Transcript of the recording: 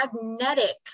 magnetic